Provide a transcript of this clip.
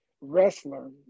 wrestler